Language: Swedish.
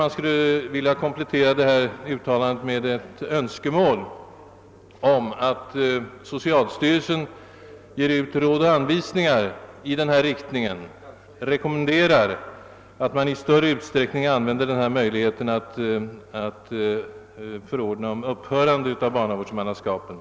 Jag skulle vilja komplettera min hänvisning till detta uttalande med ett önskemål om att socialstyrelsen ger ut särskilda råd och anvisningar i den riktning som avspeglar sig i uttalandet, dvs. rekommenderar att man i större utsträckning använder möjligheten att förordna om ett upphörande av barnavårdsmannaskapen.